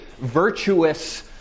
virtuous